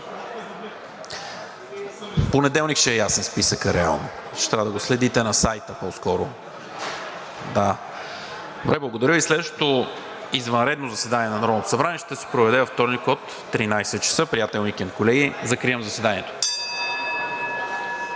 реално ще е ясен в понеделник, ще трябва да го следите на сайта по-скоро. Благодаря Ви. Следващото извънредно заседание на Народното събрание ще се проведе във вторник от 13,00 ч. Приятен уикенд, колеги! Закривам заседанието.